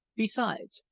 besides,